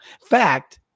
Fact